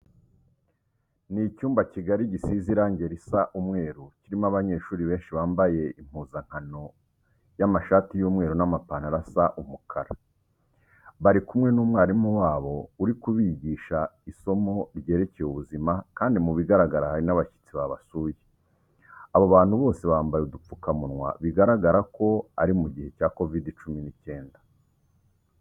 Ni icyumba kigari gisize irange risa umweru kirimo abanyeshuri benshi bambaye impuzankano y'amashati y'umweru n'amapantaro asa umukara. Bari kumwe n'umwarimu wabo uri kubigisha isomo ryerekeye ubuzima kandi mu bigaragara hari n'abashyitsi babasuye. Abo bantu bose bambaye udupfukamunwa, bigaragara ko ari mu gihe cya Kovide cumi n'icyenda.